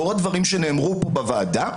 לאור הדברים שנאמרו פה בוועדה,